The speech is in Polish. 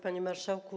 Panie Marszałku!